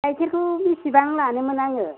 गाइखेरखौ बेसेबां लानोमोन आङो